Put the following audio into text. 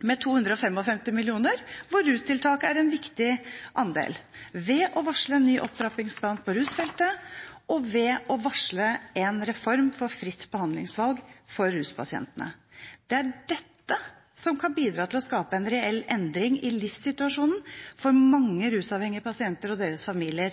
hvor rustiltak er en viktig andel, ved å varsle en ny opptrappingsplan på rusfeltet og ved å varsle en reform for fritt behandlingsvalg for ruspasientene. Det er dette som kan bidra til å skape en reell endring i livssituasjonen for mange rusavhengige pasienter og deres familier.